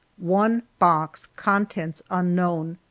one box contents unknown!